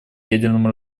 ядерному